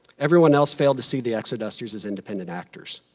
everyone else failed to see the exodusters as independent actors.